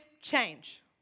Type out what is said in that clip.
change